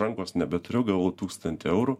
rankos nebeturiu gavau tūkstantį eurų